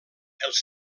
els